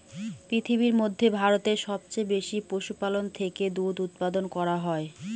পৃথিবীর মধ্যে ভারতে সবচেয়ে বেশি পশুপালন থেকে দুধ উপাদান করা হয়